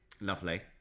lovely